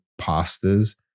pastas